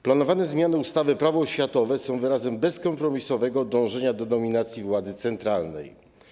Planowane zmiany w ustawie - Prawo oświatowe są wyrazem bezkompromisowego dążenia do dominacji władzy centralnej.